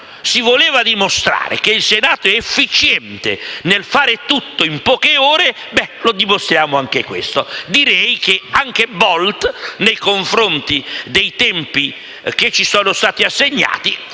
si voleva dimostrare che il Senato è efficiente nel fare tutto in poche ore, dimostriamo anche questo. Dire che anche Usain Bolt, nei confronti dei tempi che ci sono stati assegnati,